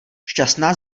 šťastná